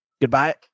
Goodbye